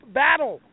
battle